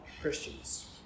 Christians